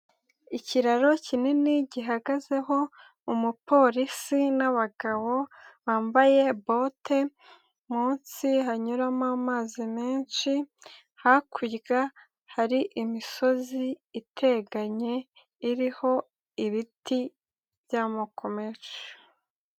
Ikiraro kinini gihagazeho umupolisi n'abagabo bambaye bote, munsi hanyuramo amazi menshi, hakurya hari imisozi iteganye, iriho ibiti by'amoko menshi.